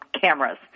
cameras